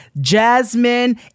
Jasmine